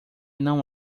não